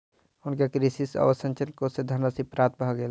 हुनका कृषि अवसंरचना कोष सँ धनराशि प्राप्त भ गेल